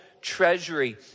treasury